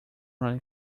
around